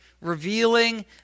revealing